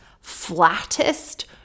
flattest